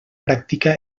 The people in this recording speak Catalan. pràctica